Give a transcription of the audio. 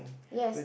yes